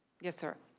yes sir. a